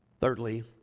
Thirdly